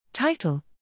Title